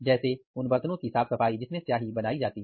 जैसे उन बर्तनों की साफ सफाई जिसमें स्याही बनाई जाती है